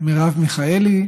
מרב מיכאלי,